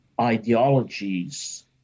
ideologies